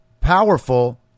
powerful